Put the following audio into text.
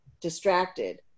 distracted